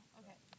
okay